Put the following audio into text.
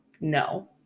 no